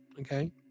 Okay